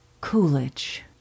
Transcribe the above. Coolidge